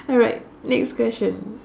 alright next question